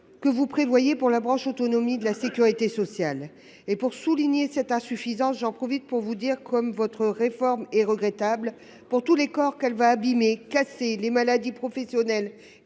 que vous prévoyez pour la branche autonomie de la sécurité sociale. J'en profite pour vous dire combien votre réforme est regrettable pour tous les corps qu'elle va abîmer, casser, les maladies professionnelles